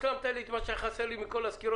השלמת לי את מה שהיה חסר לי מכל הסקירות,